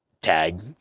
tag